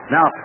Now